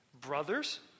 Brothers